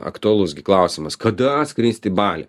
aktualus gi klausimas kada skristi į balį